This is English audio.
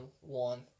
one